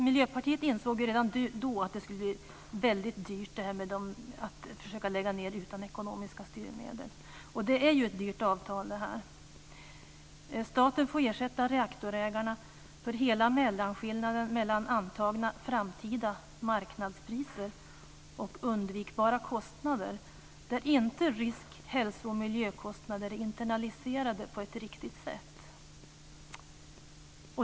Miljöpartiet insåg redan då att det skulle bli dyrt att göra en nedläggning utan hjälp av ekonomisk styrmedel. Det är ett dyrt avtal. Staten får ersätta reaktorägarna för hela mellanskillnaden mellan antagna framtida marknadspriser och undvikbara kostnader där risk-, hälso och miljökostnader inte är internaliserade på ett riktigt sätt.